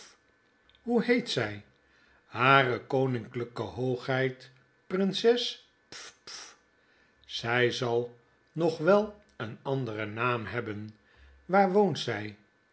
hoe heet zy ahare koninklyke hoogheid prinses pf pf zy zal nog wel een anderen naam hebben waar woont zij